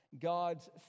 God's